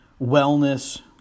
wellness